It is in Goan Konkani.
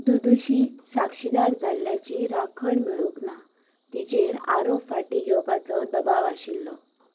दुदुशीक साक्षीदार जाल्ल्याची राखण मेळूंक ना तिचेर आरोप फाटीं घेवपाचो दबाव आशिल्लो